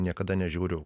niekada nežiūriu